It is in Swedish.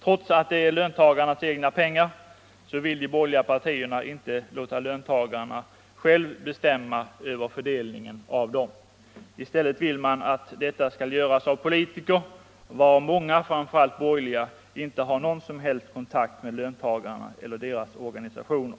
Trots att det är löntagarnas egna pengar vill de Tisdagen den borgerliga partierna inte låta löntagarna själva bestämma över fördel 20 maj 1975 ningen av dem. I stället vill man att detta skall göras av politiker, varav SATT FEN många — framför allt borgerliga — inte har någon som helst kontakt med Vuxenutbildningen, löntagarna eller deras organisationer.